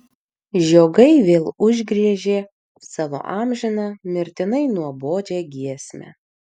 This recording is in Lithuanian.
žiogai vėl užgriežė savo amžiną mirtinai nuobodžią giesmę